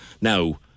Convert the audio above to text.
now